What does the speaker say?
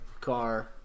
car